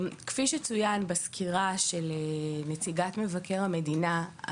כפי שצוין בסקירה של נציגת מבקר המדינה,